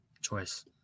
choice